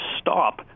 stop